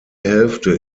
hälfte